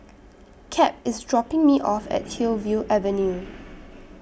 Cap IS dropping Me off At Hillview Avenue